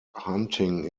hunting